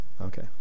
Okay